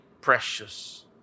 precious